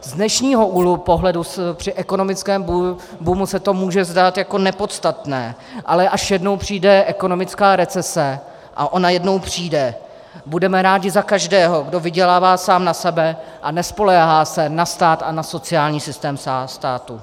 Z dnešního úhlu pohledu při ekonomickém boomu se to může zdát jako nepodstatné, ale až jednou přijde ekonomická recese, a ona jednou přijde, budeme rádi za každého, kdo vydělává sám na sebe a nespoléhá se na stát a na sociální systém státu.